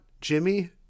Jimmy